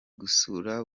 gusura